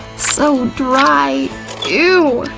so dry ew!